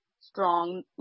strong